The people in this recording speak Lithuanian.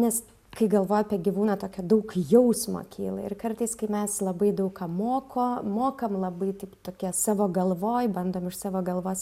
nes kai galvoji apie gyvūną tokio daug jausmo kyla ir kartais kai mes labai daug ką moko mokam labai taip tokie savo galvoj bandom iš savo galvos